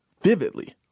vividly